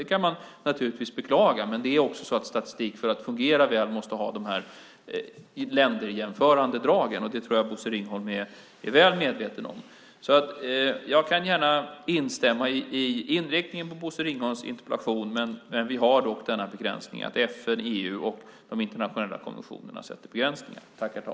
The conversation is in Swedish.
Det kan man naturligtvis beklaga, men det är också så att statistik för att fungera väl måste ha de här länderjämförande dragen, och det tror jag att Bosse Ringholm är väl medveten om. Jag kan gärna instämma i inriktningen på Bosse Ringholms interpellation, men vi har dock begränsningar av FN, EU och de internationella konventionerna.